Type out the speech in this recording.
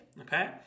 okay